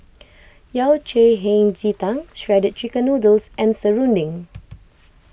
Yao Cai Hei Ji Tang Shredded Chicken Noodles and Serunding